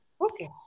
Okay